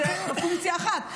זו פונקציה אחת.